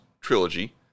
trilogy